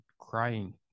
crying